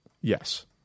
Yes